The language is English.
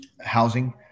housing